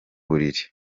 buriri